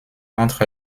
entre